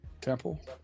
Temple